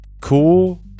cool